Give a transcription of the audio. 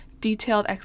detailed